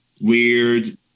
weird